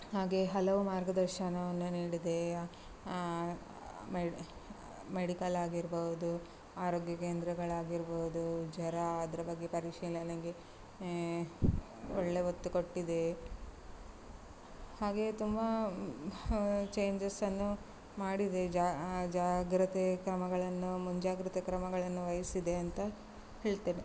ಹಾಗೆ ಹಲವು ಮಾರ್ಗದರ್ಶನವನ್ನು ನೀಡಿದೇ ಮೆಡಿ ಮೆಡಿಕಲ್ ಆಗಿರಬವ್ದು ಆರೋಗ್ಯ ಕೇಂದ್ರಗಳಾಗಿರಬವ್ದು ಜ್ವರ ಅದ್ರ ಬಗ್ಗೆ ಪರಿಶೀಲನೆಗೆ ಒಳ್ಳೆ ಒತ್ತು ಕೊಟ್ಟಿದೆ ಹಾಗೆ ತುಂಬ ಚೇಂಜಸ್ ಅನ್ನು ಮಾಡಿದೆ ಜಾಗ್ರತೆ ಕ್ರಮಗಳನ್ನು ಮುಂಜಾಗ್ರತೆ ಕ್ರಮಗಳನ್ನು ವಹಿಸಿದೆ ಅಂತ ಹೇಳ್ತೇನೆ